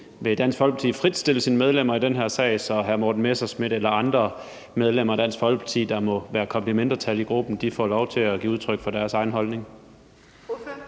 Vil Dansk Folkeparti fritstille sine medlemmer i den her sag, så hr. Morten Messerschmidt eller andre medlemmer af Dansk Folkeparti, der må være kommet i mindretal i gruppen, får lov til at give udtryk for deres egen holdning?